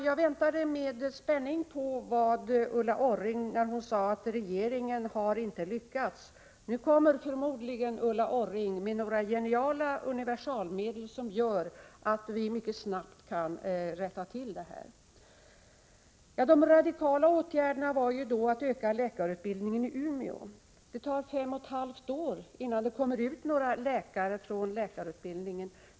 Jag väntade med spänning på vad Ulla Orring hade att komma med, när hon sade att regeringen inte har lyckats. Jag trodde, att nu kommer Ulla Orring med några geniala universalmedel, som gör att vi mycket snabbt kan komma till rätta med det hela. Men de radikala åtgärderna var alltså att man skulle utöka läkarutbildningen i Umeå. Det tar fem och ett halvt år innan det kommer ut några läkare från läkarutbildningen.